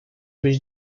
byś